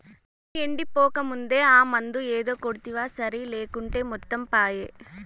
చేను ఎండిపోకముందే ఆ మందు ఏదో కొడ్తివా సరి లేకుంటే మొత్తం పాయే